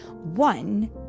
One